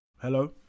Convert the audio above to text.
Hello